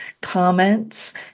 comments